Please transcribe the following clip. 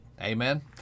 amen